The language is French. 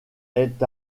est